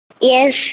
Yes